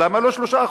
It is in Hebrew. למה לא 3%?